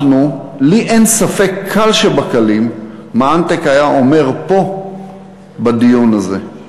לי אין ספק קל שבקלים מה אנטק היה אומר פה בדיון הזה.